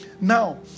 Now